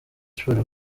sports